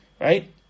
right